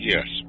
Yes